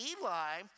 Eli